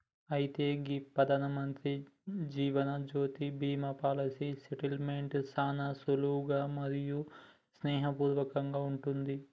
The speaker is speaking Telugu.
అయితే గీ ప్రధానమంత్రి జీవనజ్యోతి బీమా పాలసీ సెటిల్మెంట్ సానా సరళంగా మరియు స్నేహపూర్వకంగా ఉంటుంది